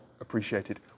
appreciated